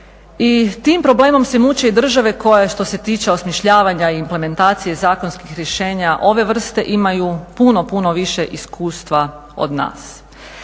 s tim problemom se muče i države koje što se tiče osmišljavanja i implementacije zakonskih rješenja ove vrste imaju puno, puno više iskustva od nas.